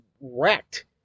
wrecked